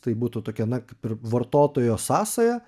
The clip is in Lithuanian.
tai būtų tokia na kaip ir vartotojo sąsaja